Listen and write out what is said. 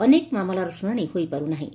ଅନେକ ମାମଲାର ଶ୍ରଶାଶି ହୋଇପାରୁ ନାହିଁ